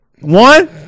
One